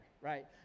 right